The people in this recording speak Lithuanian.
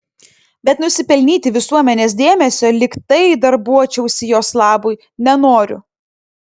bet nusipelnyti visuomenės dėmesio lyg tai darbuočiausi jos labui nenoriu